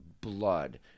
Blood